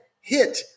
hit